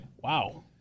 Wow